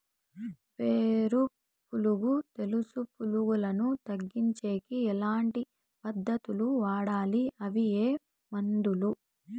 వేరు పులుగు తెలుసు పులుగులను తగ్గించేకి ఎట్లాంటి పద్ధతులు వాడాలి? అవి ఏ మందులు?